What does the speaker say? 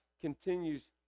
continues